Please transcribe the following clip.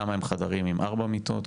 כמה הם חדרים עם ארבע מיטות,